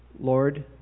Lord